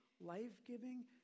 life-giving